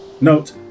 Note